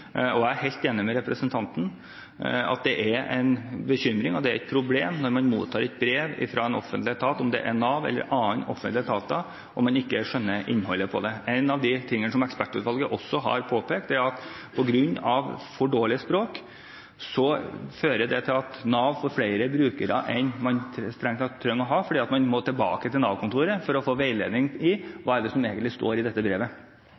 Jeg er helt enig med representanten i at det er en bekymring og et problem når man mottar et brev fra en offentlig etat – om det er Nav eller andre offentlige etater – og man ikke skjønner innholdet i det. En av de tingene som Ekspertutvalget også har påpekt, er at for dårlig språk fører til at Nav får flere brukere enn man strengt tatt trenger å ha, fordi man må tilbake til Nav-kontoret for å få veiledning i hva det egentlig er som står i